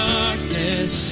darkness